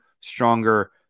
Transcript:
stronger